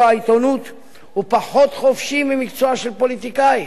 העיתונות הוא פחות חופשי ממקצוע של פוליטיקאי,